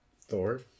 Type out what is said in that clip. thor